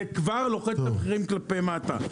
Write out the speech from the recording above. זה כבר לוחץ את המחירים כלפי מטה.